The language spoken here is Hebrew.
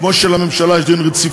כמו שבממשלה יש דין רציפות,